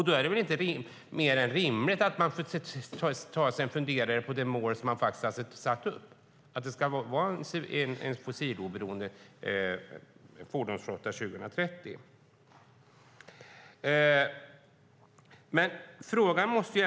Då är det väl inte mer än rimligt att man tar sig en funderare på det mål som man har satt upp: att det ska vara en fossiloberoende fordonsflotta 2030.